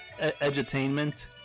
edutainment